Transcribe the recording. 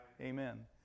amen